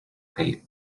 paid